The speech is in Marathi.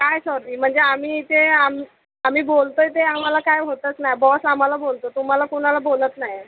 काय सॉरी म्हणजे आम्ही इथे आम आम्ही बोलतो आहे ते आम्हाला काय होतच नाही बॉस आम्हाला बोलतो तुम्हाला कोणाला बोलत नाही